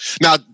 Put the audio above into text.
Now